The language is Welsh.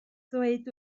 ddweud